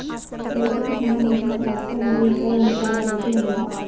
రైతుకు సంబంధించిన టాక్టర్ మరియు ఇతర యంత్రాల రేటు ఎంత?